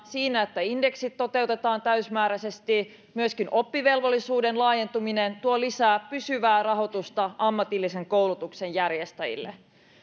kuin siinä että indeksit toteutetaan täysimääräisesti ja myöskin oppivelvollisuuden laajentuminen tuo lisää pysyvää rahoitusta ammatillisen koulutuksen järjestäjille